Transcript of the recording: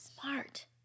Smart